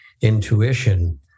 intuition